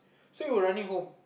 so you were running home